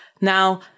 Now